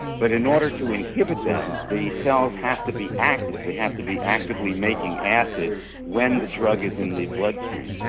but in order to inhibit them, the cells have to be active, they have to be actively making acid when the drug is in the bloodstream.